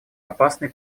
опасный